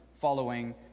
following